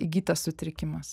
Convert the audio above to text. įgytas sutrikimas